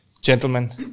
Gentlemen